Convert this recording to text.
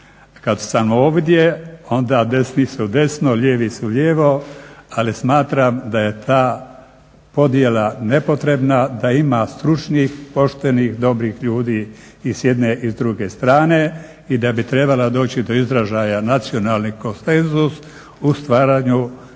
Kad sam ovdje onda desni su desno, lijevi su lijevo ali smatram da je ta podjela nepotrebna, da ima stručnih, poštenih, dobrih ljudi i s jedne i s druge strane i da bi trebala doći do izražaja nacionalni konsenzus u stvaranju nacionalnog